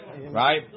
right